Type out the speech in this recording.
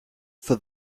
for